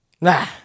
Nah